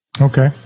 Okay